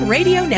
Radio